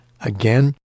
again